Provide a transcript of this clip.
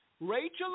Rachel